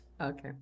Okay